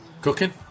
Cooking